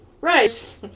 Right